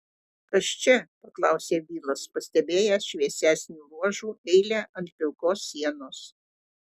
kas čia paklausė vilas pastebėjęs šviesesnių ruožų eilę ant pilkos sienos